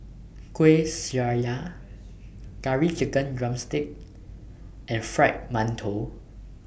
Kueh Syara Curry Chicken Drumstick and Fried mantou